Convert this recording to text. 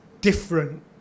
different